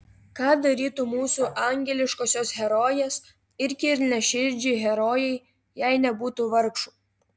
ką darytų mūsų angeliškosios herojės ir kilniaširdžiai herojai jei nebūtų vargšų